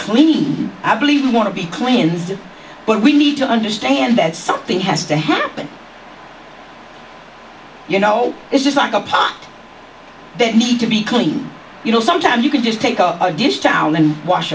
clean i believe we want to be cleansed but we need to understand that something has to happen you know it's just like a pot that need to be clean you know sometimes you can just take up a dish towel and wash